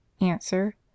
Answer